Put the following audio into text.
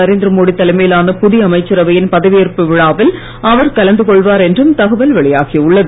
நரேந்திர மோடி தலமையிலான புதிய அமைச்சரவையின் பதவியேற்பு விழாவில் அவர் கலந்து கொள்வார் என்றும் தகவல் வெளியாகியுள்ளது